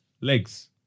legs